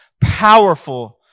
powerful